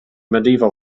medieval